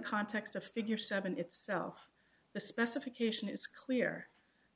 context of figure seven itself the specification is clear